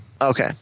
Okay